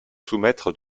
soumettre